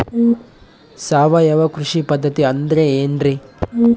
ಸಾವಯವ ಕೃಷಿ ಪದ್ಧತಿ ಅಂದ್ರೆ ಏನ್ರಿ?